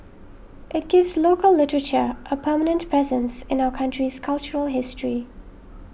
it gives local literature a permanent presence in our country's cultural history